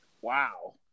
Wow